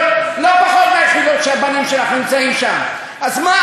לא פחות מהיחידות שהבנים שלך נמצאים בהן.